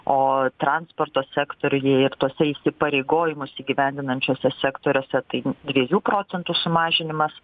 o transporto sektoriuje ir tuose įsipareigojimus įgyvendinančiuose sektoriuose tai dviejų procentų sumažinimas